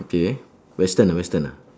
okay western ah western ah